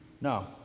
No